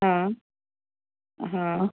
हा हा